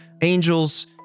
angels